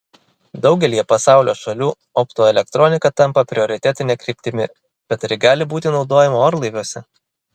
daugelyje pasaulio šalių optoelektronika tampa prioritetine kryptimi bet ar ji gali būti naudojama orlaiviuose